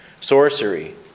sorcery